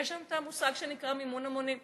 יש היום את המושג שנקרא מימון המונים,